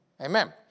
Amen